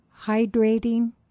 hydrating